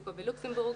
מקסיקו ולוקסמבורג,